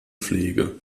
pflege